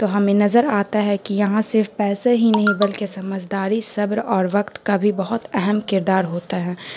تو ہمیں نظر آتا ہے کہ یہاں صرف پیسے ہی نہیں بلکہ سمجھداری صبر اور وقت کا بھی بہت اہم کردار ہوتا ہے